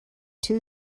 two